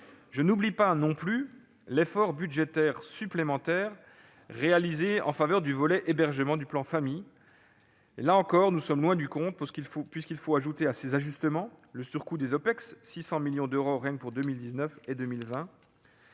Je n'oublie pas non plus l'effort budgétaire supplémentaire réalisé en faveur du volet hébergement du plan Famille. Là encore, nous sommes loin du compte, puisqu'il faut ajouter à ces ajustements le surcoût des OPEX- 600 millions d'euros rien que pour 2019 et 2020